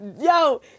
Yo